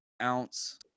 ounce